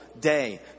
day